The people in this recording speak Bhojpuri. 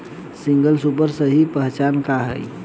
सिंगल सुपर के सही पहचान का हई?